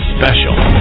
special